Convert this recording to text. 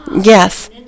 Yes